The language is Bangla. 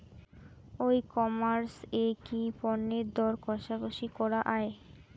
ই কমার্স এ কি পণ্যের দর কশাকশি করা য়ায়?